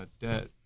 Debt